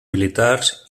militars